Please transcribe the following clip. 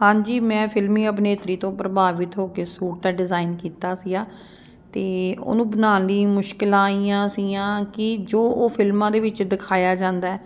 ਹਾਂਜੀ ਮੈਂ ਫਿਲਮੀ ਅਭਿਨੇਤਰੀ ਤੋਂ ਪ੍ਰਭਾਵਿਤ ਹੋ ਕੇ ਸੂਟ ਦਾ ਡਿਜ਼ਾਇਨ ਕੀਤਾ ਸੀਗਾ ਅਤੇ ਉਹਨੂੰ ਬਣਾਉਣ ਲਈ ਮੁਸ਼ਕਲਾਂ ਆਈਆਂ ਸੀਗੀਆਂ ਕਿ ਜੋ ਉਹ ਫਿਲਮਾਂ ਦੇ ਵਿੱਚ ਦਿਖਾਇਆ ਜਾਂਦਾ